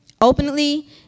openly